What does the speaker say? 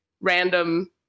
random